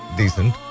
decent